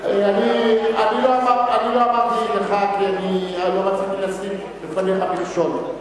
אני לא אמרתי לך כי אני לא רציתי לשים בפניך מכשול.